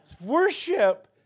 worship